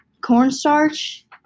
cornstarch